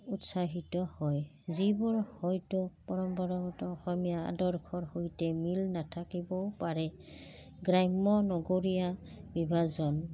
উৎসাহিত হয় যিবোৰ হয়তো পৰম্পৰাগত অসমীয়া আদৰ্শৰ সৈতে মিল নাথাকিবও পাৰে গ্ৰাম্য নগৰীয়া বিভাজন